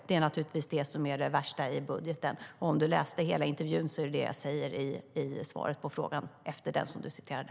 Det är naturligtvis detta som är det värsta i budgeten. Om du läser hela intervjun ser du att det är det jag säger i svaret på frågan efter det som du citerade.